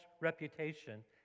reputation